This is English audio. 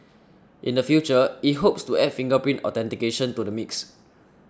in the future it hopes to add fingerprint authentication to the mix